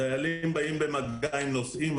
דיילים באים במגע עם נוסעים.